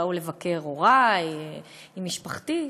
באו לבקר הורי עם משפחתי,